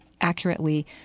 accurately